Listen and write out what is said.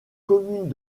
communes